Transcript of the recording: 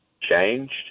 changed